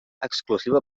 exclusiva